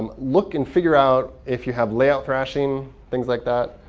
um look and figure out if you have layout thrashing, things like that.